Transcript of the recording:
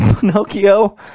Pinocchio